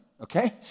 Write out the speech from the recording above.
okay